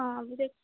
ਹਾਂ ਵੀਰੇ